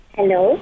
Hello